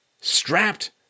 strapped